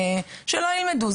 שלא ילמדו,